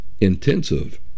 intensive